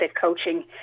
coaching